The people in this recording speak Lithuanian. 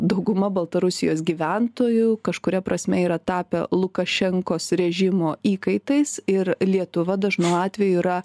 dauguma baltarusijos gyventojų kažkuria prasme yra tapę lukašenkos režimo įkaitais ir lietuva dažnu atveju yra